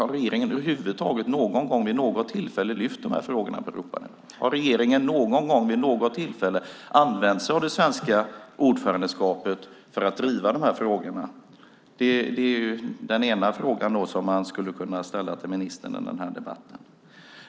Har regeringen över huvud taget någon gång vid något tillfälle lyft de här frågorna på Europanivå? Har regeringen någon gång vid något tillfälle använt sig av det svenska ordförandeskapet för att driva de här frågorna? Det är den ena frågan som man skulle kunna ställa till ministern under den här debatten.